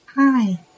Hi